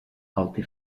alte